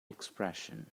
expression